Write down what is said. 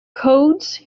codes